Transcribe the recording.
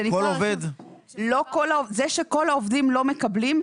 זה שכל העובדים לא מקבלים,